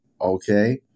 okay